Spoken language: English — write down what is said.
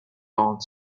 gaunt